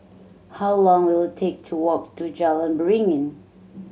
how long will it take to walk to Jalan Beringin